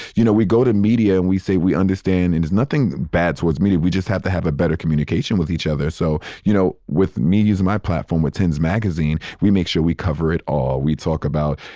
you know, we go to media and we say we understand and it is nothing bad towards media. we just have to have a better communication with each other. so, you know, with media and my platform with tens magazine. we make sure we cover it all. we talk about,